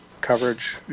coverage